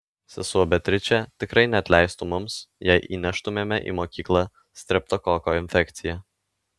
sesuo beatričė tikrai neatleistų mums jei įneštumėme į mokyklą streptokoko infekciją